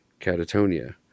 catatonia